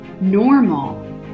normal